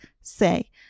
say